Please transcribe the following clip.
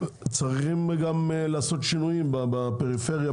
צריכים גם לעשות שינויים בפריפריה,